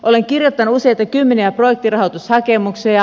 olen kirjoittanut useita kymmeniä projektirahoitushakemuksia